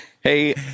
Hey